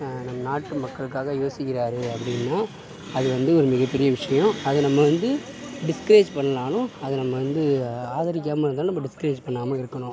நம் நாட்டு மக்களுக்காக யோசிக்கிறார் அப்படின்னா அது வந்து ஒரு மிகப்பெரிய விஷயம் அத நம்ம வந்து டிஸ்கரேஜ் பண்ணலைனாலும் அதை நம்ம வந்து ஆதரிக்காமல் இருந்தாலும் நம்ம டிஸ்கரேஜ் பண்ணாமல் இருக்கணும்